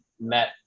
met